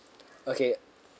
okay